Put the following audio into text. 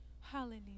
Hallelujah